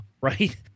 right